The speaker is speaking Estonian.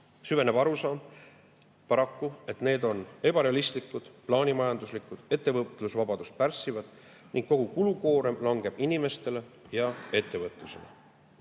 Süveneb paraku arusaam, et need on ebarealistlikud, plaanimajanduslikud, ettevõtlusvabadust pärssivad ning kogu kulukoorem langeb inimestele ja ettevõtlusele.